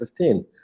2015